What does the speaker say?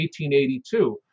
1882